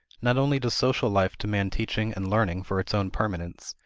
not only does social life demand teaching and learning for its own permanence,